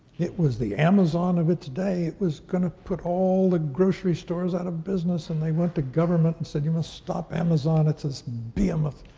it was the amazon of its day. it was gonna put all the grocery stores out of business. and they went to government and said, you must stop amazon, it's this behemoth.